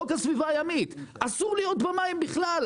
חוק הסביבה הימית אסור להיות במים בכלל,